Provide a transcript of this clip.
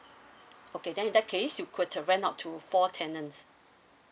okay then in that case you could uh rent out to four tenants